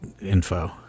info